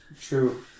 True